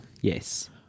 Yes